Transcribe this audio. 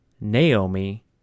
Naomi